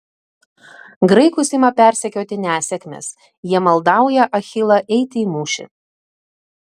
graikus ima persekioti nesėkmės jie maldauja achilą eiti į mūšį